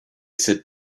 sit